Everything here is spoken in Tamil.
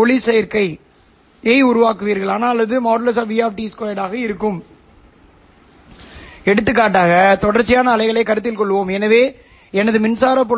எனவே நான் இந்த சமிக்ஞையை r A LO என அழைக்கிறேன் 2 cos ωs ωLO t s θLO